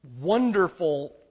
wonderful